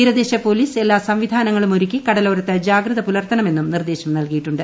തീരദേശ പോലീസ് എല്ലാ സംവിധാനങ്ങളും ഒരുക്കി കടലോരത്ത് ജാഗ്രത പുലർത്തണമെന്നും നിർദ്ദേശം നൽകിയിട്ടുണ്ട്